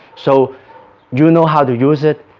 so you know how to use it,